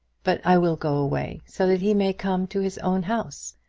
but i will go away, so that he may come to his own house.